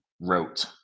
wrote